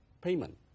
payment